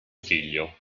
figlio